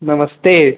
नमस्ते